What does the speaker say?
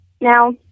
Now